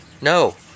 No